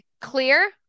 Clear